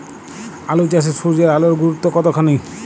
আলু চাষে সূর্যের আলোর গুরুত্ব কতখানি?